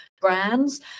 brands